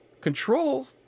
control